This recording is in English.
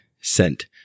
sent